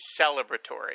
celebratory